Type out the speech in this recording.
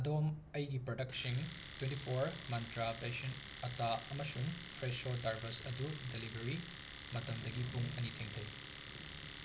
ꯑꯗꯣꯝ ꯑꯩꯒꯤ ꯄ꯭ꯔꯗꯛꯁꯤꯡ ꯇ꯭ꯋꯦꯟꯇꯤ ꯐꯣꯔ ꯃꯟꯇ꯭ꯔ ꯕꯦꯁꯟ ꯑꯇꯥ ꯑꯃꯁꯨꯡ ꯐ꯭ꯔꯦꯁꯣ ꯗꯔꯕꯁ ꯑꯗꯨ ꯗꯤꯂꯤꯚꯔꯤ ꯃꯇꯝꯗꯒꯤ ꯄꯨꯡ ꯑꯅꯤ ꯊꯦꯡꯊꯩ